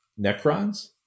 Necrons